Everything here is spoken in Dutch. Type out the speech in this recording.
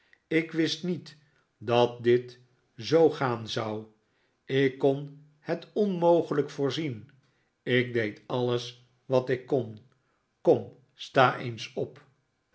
ik wist niet dat dit zoo gaan zou ik kon het onmogelijk voorzien ik deed alles wat ik kon kom sta eens op